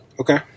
Okay